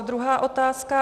Druhá otázka.